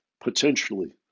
potentially